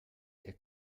der